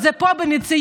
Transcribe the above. זה פה במציאות.